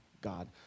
God